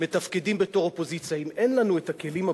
מתפקדים בתור אופוזיציה.